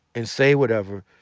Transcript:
and say whatever,